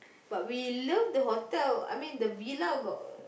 but we love the hotel I mean the villa got